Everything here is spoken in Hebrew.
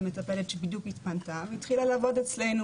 מטפל שבדיוק התפנתה והיא התחילה לעבוד אצלנו,